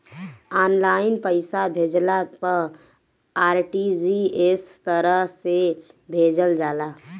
online पईसा भेजला पअ आर.टी.जी.एस तरह से भेजल जाला